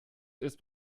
ist